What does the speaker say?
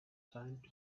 time